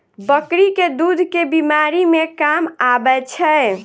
बकरी केँ दुध केँ बीमारी मे काम आबै छै?